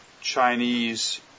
Chinese